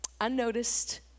unnoticed